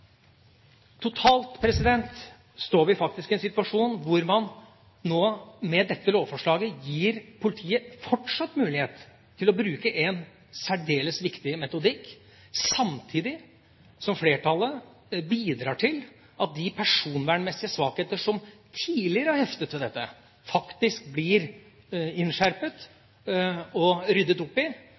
Totalt står vi faktisk i en situasjon hvor man med dette lovforslaget gir politiet fortsatt mulighet til å bruke en særdeles viktig metodikk, samtidig som flertallet bidrar til at de personvernmessige svakheter som tidligere har heftet ved dette, blir innskjerpet og ryddet opp i.